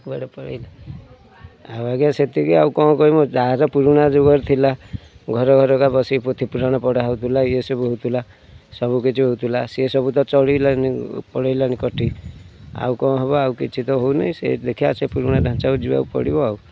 କୁଆଡ଼େ ପଲେଇଲେ ଆଉ ଆଜ୍ଞା ସେତିକି ଆଉ କଣ କହିବି ଯାହା ତ ପୁରୁଣା ଯୁଗରେ ଥିଲା ଘର ଘର କା ବସିକି ପୋଥି ପୁରାଣ ପଢ଼ା ହଉଥିଲା ଇଏ ସବୁ ହେଉଥିଲା ସବୁ କିଛି ହେଉଥିଲା ସେ ସବୁ ତ ଚଳିଲାନି ଆଉ କଣ ହବ ଆଉ କିଛି ତ ହେଉନି ସେ ସେଇଥି ଦେଖିବା ସେ ପୁରୁଣା ଢ଼ାଞ୍ଚାକୁ ଯିବାକୁ ପଡ଼ିବ